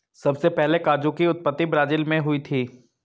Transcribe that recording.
सबसे पहले काजू की उत्पत्ति ब्राज़ील मैं हुई थी